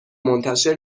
منتشر